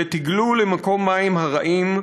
ותגלו למקום המים הרעים,